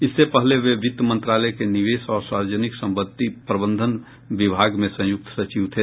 इससे पहले वे वित्त मंत्रालय के निवेश और सार्वजनिक संपत्ति प्रबंधन विभाग में संयुक्त सचिव थे